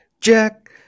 Jack